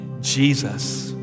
Jesus